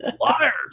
Liar